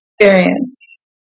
Experience